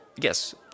yes